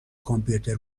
کامپیوتر